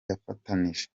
yafatanije